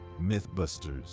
Mythbusters